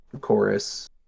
chorus